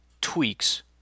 tweaks